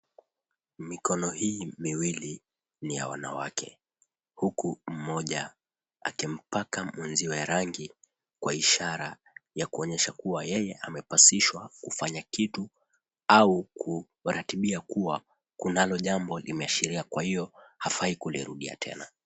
Mikono hii miwili ni ya wanawake, huku mmoja akimpaka mwenziwe rangi kwa ishara ya kuonyesha kuwa yeye amepasishwa kufanya kitu au kuratibia kuwa, kunalo jambo limeashiria, kwa hiyo, hafai kulirudia tena.